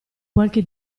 qualche